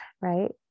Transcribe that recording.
right